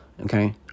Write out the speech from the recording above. okay